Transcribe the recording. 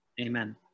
amen